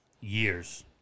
years